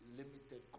limited